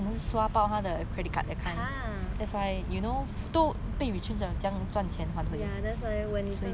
ya that's why when 你真的是 no